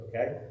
Okay